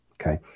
okay